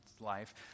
life